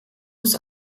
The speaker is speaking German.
muss